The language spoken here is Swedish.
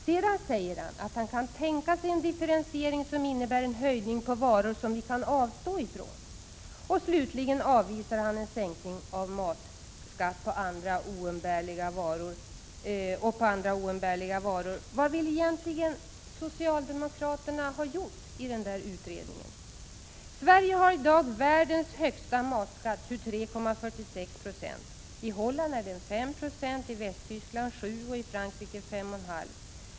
Sedan säger han att han kan tänka sig en differentiering som innebär en höjning för varor som vi kan avstå ifrån, och slutligen avvisar han en sänkning av matmoms och skatt på andra oumbärliga varor. Vad vill egentligen socialdemokraterna åstadkomma med utredningen? Sverige har i dag världens högsta matskatt, 23,4696. I Holland är den 590, i Västtyskland 796 och i Frankrike 5,596.